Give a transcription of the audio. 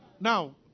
Now